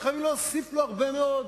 וחייבים להוסיף לו הרבה מאוד.